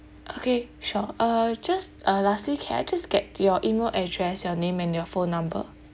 okay sure uh just uh lastly can I just get your email address your name and your phone number